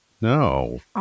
No